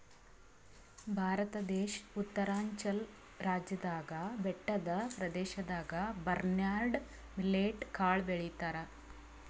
ಭಾರತ ದೇಶ್ ಉತ್ತರಾಂಚಲ್ ರಾಜ್ಯದಾಗ್ ಬೆಟ್ಟದ್ ಪ್ರದೇಶದಾಗ್ ಬರ್ನ್ಯಾರ್ಡ್ ಮಿಲ್ಲೆಟ್ ಕಾಳ್ ಬೆಳಿತಾರ್